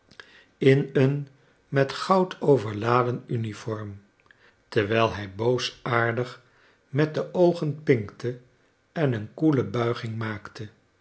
in een met goud overladen uniform terwijl hij boosaardig met de oogen pinkte en een koele buiging maakte